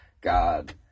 God